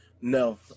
No